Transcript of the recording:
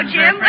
Jim